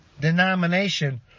denomination